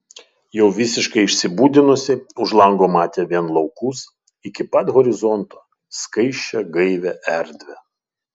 jau visiškai išsibudinusi už lango matė vien laukus iki pat horizonto skaisčią gaivią erdvę